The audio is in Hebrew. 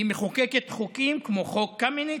היא מחוקקת חוקים כמו חוק קמיניץ,